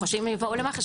חושבים שהם יבואו למח"ש,